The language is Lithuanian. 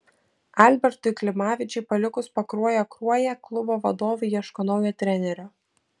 albertui klimavičiui palikus pakruojo kruoją klubo vadovai ieško naujo trenerio